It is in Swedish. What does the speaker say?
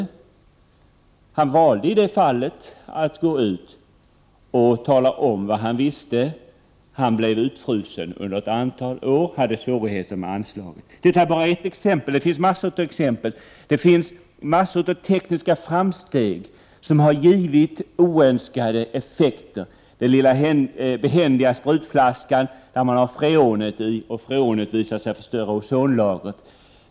Vederbörande kemist valde i det här fallet att gå ut och tala om vad han visste. Han blev utfrusen under ett antal år och hade svårt att få anslag. Detta är bara ett exempel, det finns en hel mängd. Många tekniska framsteg har givit oönskade effekter. Den lilla behändiga sprutflaskan som innehöll freon är ett annat exempel. Freonet visade sig ju förstöra ozonlagret.